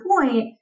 point